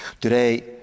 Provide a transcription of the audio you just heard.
Today